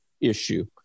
issue